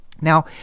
Now